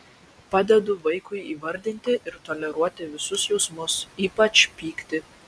padedu vaikui įvardinti ir toleruoti visus jausmus ypač pyktį